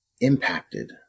impacted